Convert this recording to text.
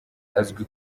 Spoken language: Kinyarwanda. azwi